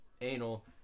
Anal